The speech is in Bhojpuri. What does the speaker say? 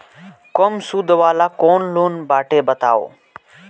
कम सूद वाला कौन लोन बाटे बताव?